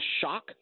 shock